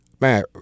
man